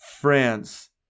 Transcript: France